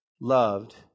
loved